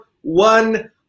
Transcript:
one